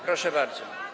Proszę bardzo.